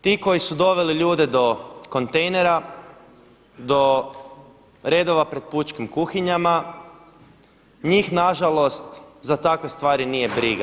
Ti koji su doveli ljude do kontejnera, do redova pred pučkim kuhinjama njih na žalost za takve stvari nije briga.